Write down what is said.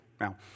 Now